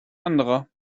anderer